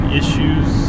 issues